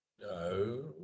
No